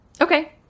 Okay